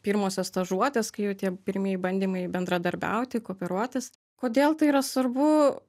pirmosios stažuotės kai jau tie pirmieji bandymai bendradarbiauti kooperuotis kodėl tai yra svarbu